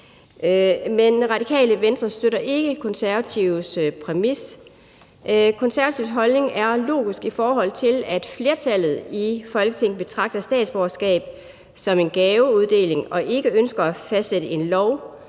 Men Radikale Venstre støtter ikke Konservatives præmis. Konservatives holdning er logisk, i forhold til at flertallet i Folketinget betragter statsborgerskab som en gaveuddeling og ikke ønsker at fastsætte en lov